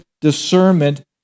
discernment